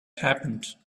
happened